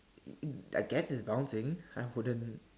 I guess it's bouncing I wouldn't